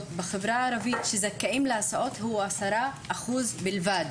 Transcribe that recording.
בחברה הערבית שזכאים להסעות הוא 10% בלבד,